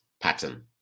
pattern